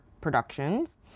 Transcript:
Productions